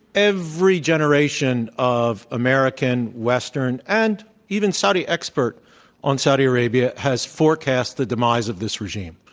every generation of american, western, and even saudi expert on saudi arabia has forecast the demise of this regime,